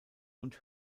und